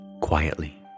quietly